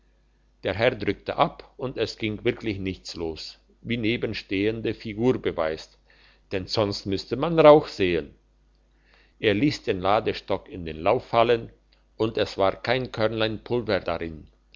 der herr drückte ab und es ging wirklich nicht los wie nebenstehende figur beweist denn sonst müsste man rauch sehen er liess den ladstock in den lauf fallen und es war kein körnlein pulver darin